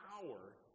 power